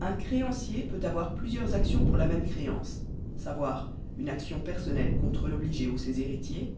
un créancier peut avoir plusieurs actions pour la même créance savoir une action personnelle contre l'obligé ou ses héritiers